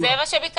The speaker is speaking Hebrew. זה מה שביקשנו.